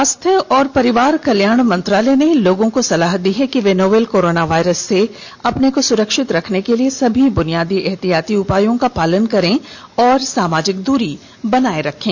स्वास्थ्य और परिवार कल्याण मंत्रालय ने लोगों को सलाह दी है कि वे नोवल कोरोना वायरस से अपने को सुरक्षित रखने के लिए सभी बुनियादी एहतियाती उपायों का पालन करें और सामाजिक दूरी बनाए रखें